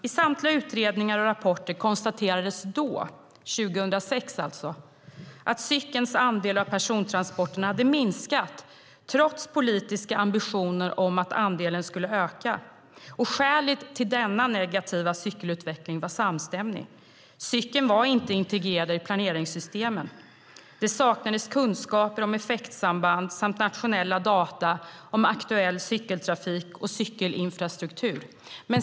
I samtliga utredningar och rapporter konstaterades då, alltså 2006, att cykelns andel av persontransporterna hade minskat trots politiska ambitioner om att andelen skulle öka. Skälet till denna negativa cykelutveckling var samstämmig: Cykeln var inte integrerad i planeringssystemen. Det saknades kunskaper om effektsamband samt nationella data om aktuell cykeltrafik och cykelinfrastruktur.